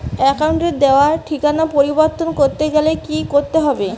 অ্যাকাউন্টে দেওয়া ঠিকানা পরিবর্তন করতে গেলে কি করতে হবে?